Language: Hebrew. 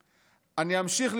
אני אמשיך לפעול כך